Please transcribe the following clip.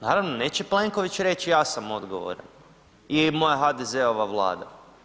Naravno neće Plenković reći ja sam odgovoran i moja HDZ-ova Vlada.